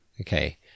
Okay